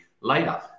later